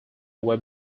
were